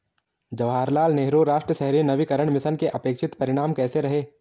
जवाहरलाल नेहरू राष्ट्रीय शहरी नवीकरण मिशन के अपेक्षित परिणाम कैसे रहे?